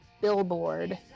billboard